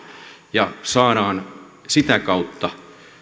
ja saadaan sitä kautta